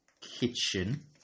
kitchen